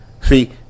See